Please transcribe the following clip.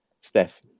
Steph